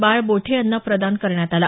बाळ बोठे यांना प्रदान करण्यात आला